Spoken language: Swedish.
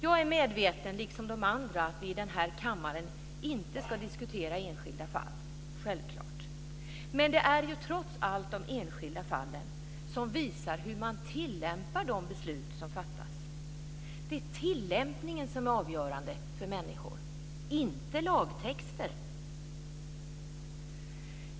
Jag, liksom de andra i denna kammare, är medveten om att vi inte ska diskutera enskilda fall. Det är självklart. Men det är trots allt de enskilda fallen som visar hur man tillämpar de beslut som fattas. Det är tillämpningen som är avgörande för människor, inte lagtexter.